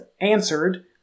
answered